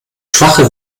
schwache